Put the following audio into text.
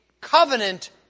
covenant